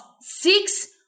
six